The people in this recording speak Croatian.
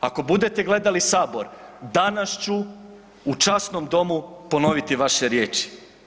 Ako budete gledali Sabor danas ću u časnom Domu ponoviti vaše riječi.